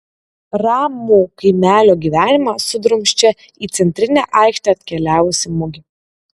ramų kaimelio gyvenimą sudrumsčia į centrinę aikštę atkeliavusi mugė